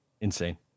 Insane